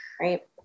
right